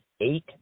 eight